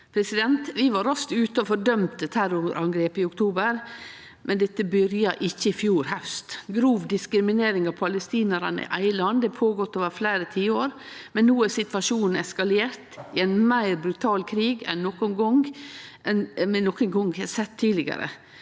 brann. Vi var raskt ute og fordømte terrorangrepet i oktober, men dette byrja ikkje i fjor haust. Grov diskriminering av palestinarane i eige land har føregått over fleire tiår, men no har situasjonen eskalert til ein meir brutal krig enn vi nokon gong har sett tidlegare.